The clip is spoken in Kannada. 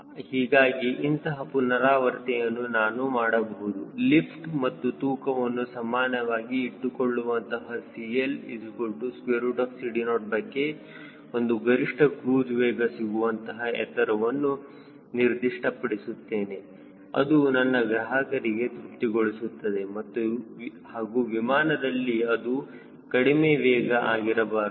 ಹೀಗಾಗಿ ಇಂತಹ ಪುನರಾವರ್ತನೆಯನ್ನು ನಾನು ಮಾಡಬಹುದು ಲಿಫ್ಟ್ ಮತ್ತು ತೂಕವನ್ನು ಸಮಾನವಾಗಿ ಇಟ್ಟುಕೊಳ್ಳುವಂತಹ CLCD0K ಒಂದು ಗರಿಷ್ಠ ಕ್ರೂಜ್ ವೇಗ ಸಿಗುವಂತಹ ಎತ್ತರವನ್ನು ನಿರ್ದಿಷ್ಟ ಪಡಿಸುತ್ತೇನೆ ಅದು ನನ್ನ ಗ್ರಾಹಕರಿಗೆ ತೃಪ್ತಿ ಗೊಳಿಸುತ್ತದೆ ಹಾಗೂ ವಿಮಾನದಲ್ಲಿ ಅದು ಕಡಿಮೆ ವೇಗ ಆಗಿರಬಾರದು